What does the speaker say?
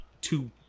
two